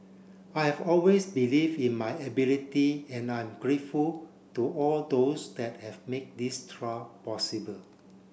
I have always believe in my ability and I'm grateful to all those that have made this trial possible